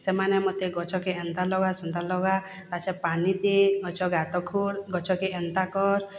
ସେମାନେ ମତେ ଗଛକେ ଏନ୍ତା ଲଗା ସେନ୍ତା ଲଗା ତାପଛେ ପାନି ଦେ ଗଛ ଗାତ ଖୋଳ୍ ଗଛକେ ଏନ୍ତା କର୍